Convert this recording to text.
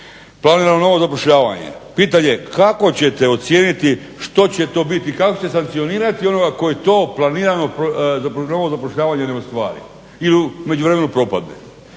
Planirano novo zapošljavanje, pitanje je kako ćete ocijeniti što će to biti i kako će sankcionirati onoga koji to planirano novo zapošljavanje ne ostvari ili u međuvremenu propadne?